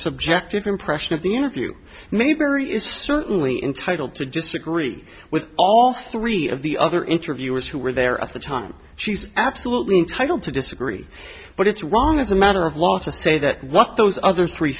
subjective impression of the interview mayberry is certainly entitled to disagree with all three of the other interviewers who were there at the time she's absolutely entitle to disagree but it's wrong as a matter of law to say that what those other three